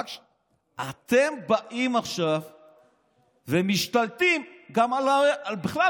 אתם באים עכשיו ומשתלטים בכלל,